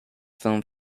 film